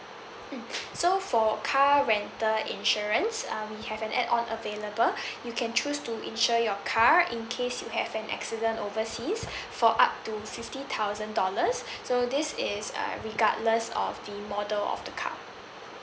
mm so for car rental insurance uh we have an add on available you can choose to insure your car in case you have an accident overseas for up to fifty thousand dollars so this is uh regardless of the model of the car